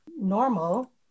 normal